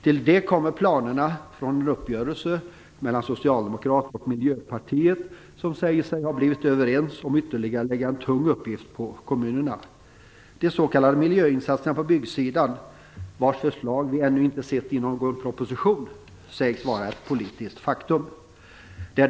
Till det kommer planerna från en uppgörelse mellan Socialdemokraterna och Miljöpartiet, som säger sig ha kommit överens om att lägga ytterligare en tung uppgift på kommunerna. De s.k. miljöinsatserna på byggsidan sägs vara ett politiskt faktum, trots att vi ännu inte sett förslaget i någon proposition.